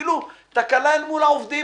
אפילו תקלה אל מול העובדים,